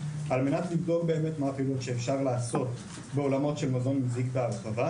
על מנת לבדוק באמת מה הפעילות שאפשר לעשות בעולמות של מזון מזיק בהרחבה.